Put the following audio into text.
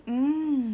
mm